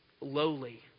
lowly